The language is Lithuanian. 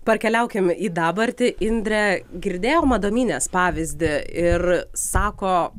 parkeliaukim į dabartį indre girdėjom adomynės pavyzdį ir sako